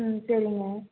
ம் சரிங்க